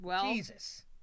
Jesus